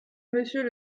monsieur